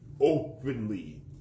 openly